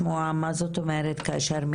אני אשמח לשמוע.